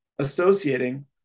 associating